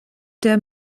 der